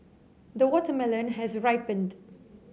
the watermelon has ripened